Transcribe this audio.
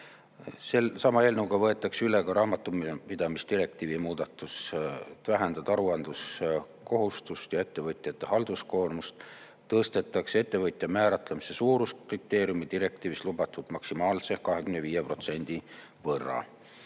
Sama eelnõuga võetakse üle ka raamatupidamisdirektiivi muudatus. Vähendatakse aruandluskohustust ja ettevõtjate halduskoormust, tõstetakse ettevõtja määratlemise suuruskriteeriumi direktiivis lubatud maksimaalse 25% võrra.